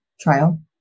trial